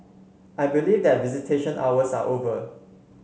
I believe that visitation hours are over